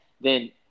then-